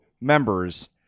members